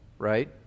right